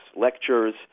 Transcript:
lectures